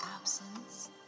absence